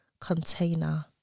container